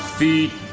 feet